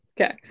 Okay